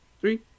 three